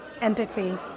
empathy